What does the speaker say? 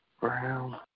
Brown